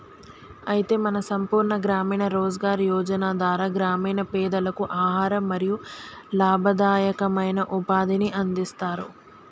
అయితే మన సంపూర్ణ గ్రామీణ రోజ్గార్ యోజన ధార గ్రామీణ పెదలకు ఆహారం మరియు లాభదాయకమైన ఉపాధిని అందిస్తారు